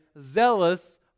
zealous